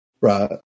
Right